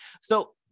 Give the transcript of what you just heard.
so-